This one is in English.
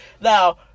Now